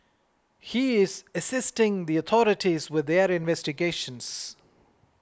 he is assisting the authorities with their investigations